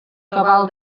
cabal